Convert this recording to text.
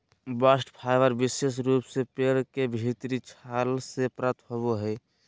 bast fibre विशेष रूप से पेड़ के भीतरी छाल से प्राप्त होवो हय